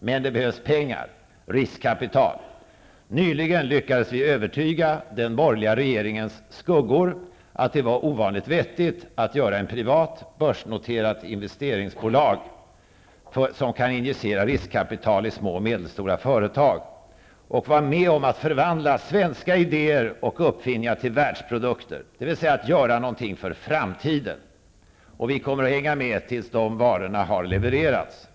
Men det behövs pengar, riskkapital. Nyligen lyckades vi övertyga den borgerliga regeringens skuggor att det var ovanligt vettigt att göra ett privat, börsnoterat investeringsbolag, som kan injicera riskkapital i små och medelstora företag och vara med om att förvandla svenska idéer och uppfinningar till världsprodukter, dvs. göra någonting för framtiden. Vi kommer att hänga med tills de varorna har levererats.